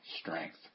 strength